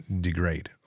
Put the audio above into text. degrade